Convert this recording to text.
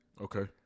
Okay